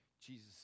Jesus